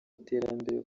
iterambere